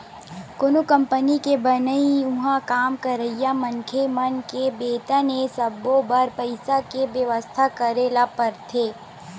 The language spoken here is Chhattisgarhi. कोनो कंपनी के बनई, उहाँ काम करइया मनखे मन के बेतन ए सब्बो बर पइसा के बेवस्था करे ल परथे